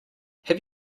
have